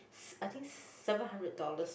I think seven hundred dollars